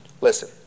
Listen